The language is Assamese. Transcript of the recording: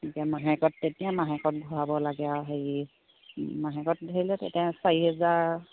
এতিয়া মাহেকত তেতিয়া মাহেকত ঘূৰাব লাগে আৰু হেৰি মাহেকত ধৰি লওক তেতিয়া চাৰি হেজাৰ